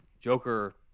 Joker